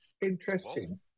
Interesting